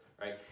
right